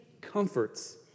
comforts